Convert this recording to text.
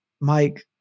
Mike